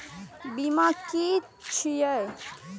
बीमा की छी ये?